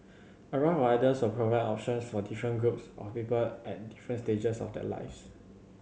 a raft of ideas will provide options for different groups of people at different stages of their lives